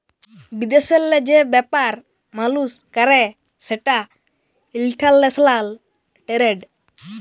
বিদেশেল্লে যে ব্যাপার মালুস ক্যরে সেটা ইলটারল্যাশলাল টেরেড